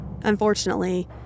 Unfortunately